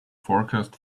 forecast